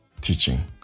teaching